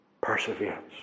Perseverance